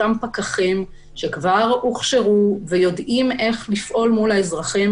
אותם פקחים שכבר הוכשרו ויודעים איך לפעול מול האזרחים.